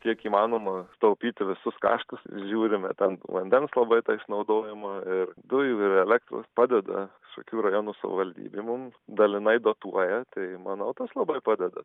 kiek įmanoma sutaupyti visus kaštus žiūrime ten vandens labai tą išnaudojimo ir dujų ir elektros padeda šakių rajono savivaldybė mum dalinai dotuoja tai manau tas labai padeda